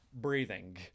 breathing